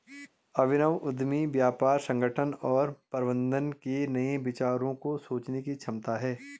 अभिनव उद्यमी व्यापार संगठन और प्रबंधन के नए विचारों को सोचने की क्षमता है